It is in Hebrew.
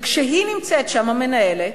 וכשהיא נמצאת שם, המנהלת,